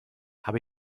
habe